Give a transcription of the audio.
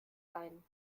ein